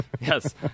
Yes